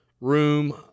room